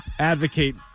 Advocate